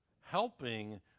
helping